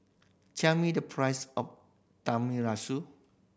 tell me the price of